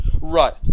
Right